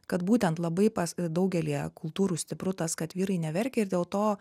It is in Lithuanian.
kad būtent labai pas daugelyje kultūrų stipru tas kad vyrai neverkia ir dėl to